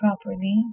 properly